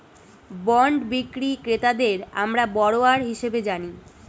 bond বিক্রি ক্রেতাদের আমরা বরোয়ার হিসেবে জানি